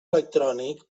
electrònic